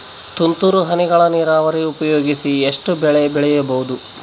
ತುಂತುರು ಹನಿಗಳ ನೀರಾವರಿ ಉಪಯೋಗಿಸಿ ಎಷ್ಟು ಬೆಳಿ ಬೆಳಿಬಹುದು?